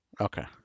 Okay